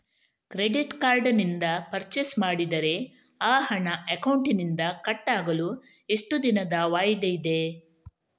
Credit card ನಿಂದ purchase ಮಾಡಿದರೆ ಆ ಹಣ ಅಕೌಂಟಿನಿಂದ ಕಟ್ ಆಗಲು ಎಷ್ಟು ದಿನದ ವಾಯಿದೆ ಇದೆ?